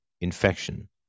infection